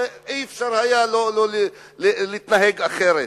ולא היה אפשר להתנהג אחרת.